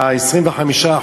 ה-25%,